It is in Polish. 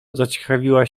zaciekawiła